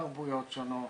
תרבויות שונות,